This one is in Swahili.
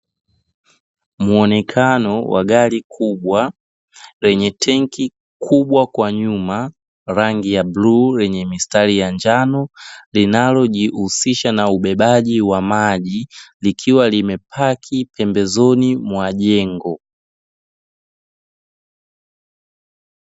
Mwonekano wa gari kubwa lenye tenki kubwa kwa nyuma, rangi ya bluu lenye mistari ya njano, linalojihusisha na ubebaji wa maji, likiwa limepaki pembezoni mwa jengo.